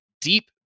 deep